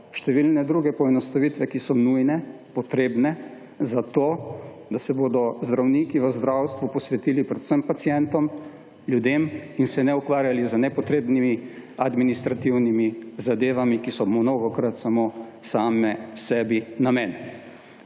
številne druge poenostavitve, ki so nujne, potrebne, zato, da se bodo zdravniki v zdravstvu posvetili predvsem pacientom, ljudem in se ne ukvarjali z nepotrebnimi administrativnimi zadevami, ki so mu mnogokrat samo same sebi namen.